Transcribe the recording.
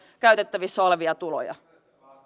käytettävissä olevia tuloja